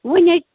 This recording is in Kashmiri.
وۄنۍ